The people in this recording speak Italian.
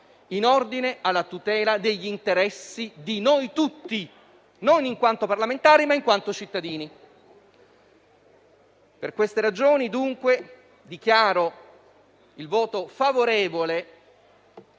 in ordine alla tutela degli interessi di noi tutti, non in quanto parlamentari, ma in quanto cittadini. Per queste ragioni, dichiaro il voto favorevole